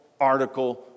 article